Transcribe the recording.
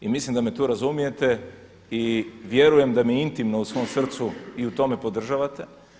I mislim da me tu razumijete i vjerujem da mi intimno i u svom srcu i u tome podržavate.